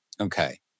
Okay